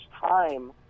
time